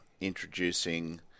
introducing